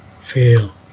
feel